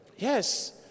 yes